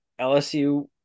LSU